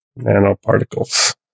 Nanoparticles